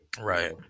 right